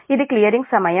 ఇది క్లియరింగ్ సమయం